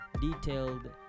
detailed